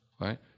right